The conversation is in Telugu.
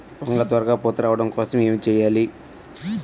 వంగ త్వరగా పూత రావడం కోసం ఏమి చెయ్యాలి?